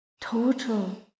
total